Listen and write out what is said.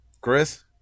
Chris